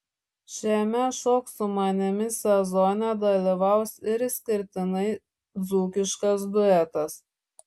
šiame šok su manimi sezone dalyvaus ir išskirtinai dzūkiškas duetas